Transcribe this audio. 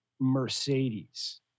Mercedes